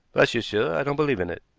bless you, sir, i don't believe in it.